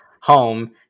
home